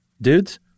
Dudes